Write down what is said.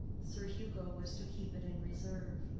sir hugo was to keep it in reserve.